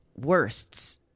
worsts